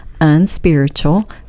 unspiritual